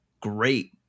great